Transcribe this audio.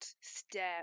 step